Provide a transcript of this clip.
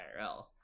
IRL